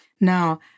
Now